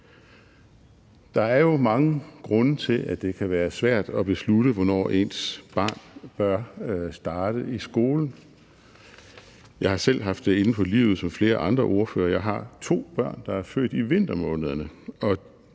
Der er jo mange grunde til, at det kan være svært at beslutte, hvornår ens barn bør starte i skole. Jeg har som flere andre ordførere selv haft det inde på livet. Jeg har to børn, der er født i vintermånederne,